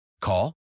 Call